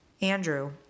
Andrew